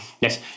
Yes